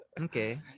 okay